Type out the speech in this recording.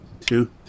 two